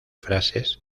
frases